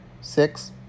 six